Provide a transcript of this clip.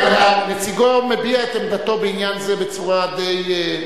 נציגו מביע את עמדתו בעניין זה בצורה די,